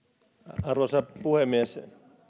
arvoisa puhemies